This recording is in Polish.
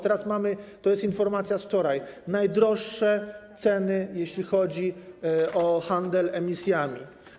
Teraz mamy, to jest informacja z wczoraj, najwyższe ceny, jeśli chodzi o handel emisjami.